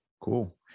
cool